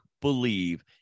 believe